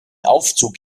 aufzug